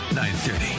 930